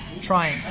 trying